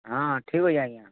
ହଁ ଠିକ୍ ଅଛି ଆଜ୍ଞା